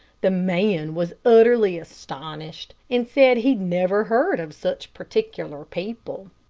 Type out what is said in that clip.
the man was utterly astonished, and said he'd never heard of such particular people.